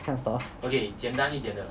that kind of stuff